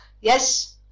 Yes